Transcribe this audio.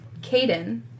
Caden